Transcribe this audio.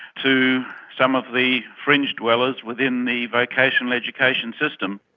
to some of the fringe dwellers within the vocational education system.